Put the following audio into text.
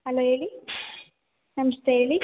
hello ಹೇಳಿ ನಮಸ್ತೆ ಹೇಳಿ